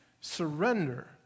surrender